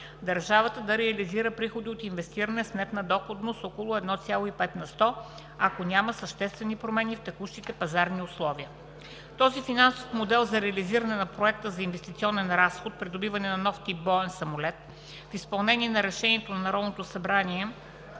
държавата да реализира приходи от инвестиране с нетна доходност от около 1,5 на сто, ако няма съществени промени на текущите пазарни условия. Този финансов модел за реализиране на Проекта за инвестиционен разход „Придобиване на нов тип боен самолет“, в изпълнение на Решението на Народното събрание